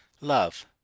Love